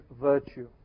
virtue